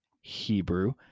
Hebrew